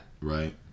Right